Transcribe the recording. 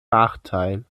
nachteil